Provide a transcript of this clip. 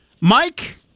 Mike